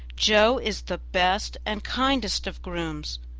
joe is the best and kindest of grooms.